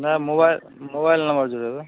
नहि mobile mobile number जोड़ेबय